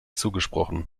zugesprochen